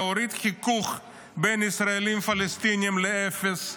להוריד חיכוך בין ישראלים לפלסטינים לאפס,